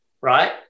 right